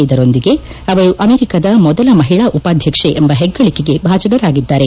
ಇದರೊಂದಿಗೆ ಅವರು ಅಮೆರಿಕದ ಮೊದಲ ಮಹಿಳಾ ಉಪಾಧ್ಯಕ್ಷೆ ಎಂಬ ಹೆಗ್ಗಳಕೆಗೆ ಭಾಜನರಾಗಿದ್ದಾರೆ